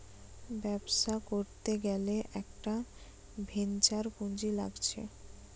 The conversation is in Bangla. ব্যবসা করতে গ্যালে একটা ভেঞ্চার পুঁজি লাগছে